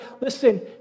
Listen